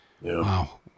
wow